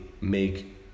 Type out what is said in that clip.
make